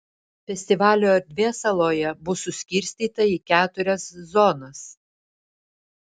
festivalio erdvė saloje bus suskirstyta į keturias zonas